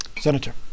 Senator